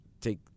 take